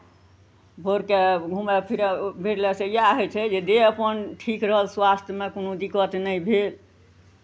भोरकेँ घूमय फिरय भिरलय सँ इएह होइ छै जे देह अपन ठीक रहल स्वास्थ्यमे कोनो दिक्कत नहि भेल